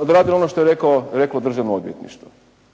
odradila ono što je reklo Državno odvjetništvo.